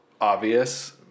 Obvious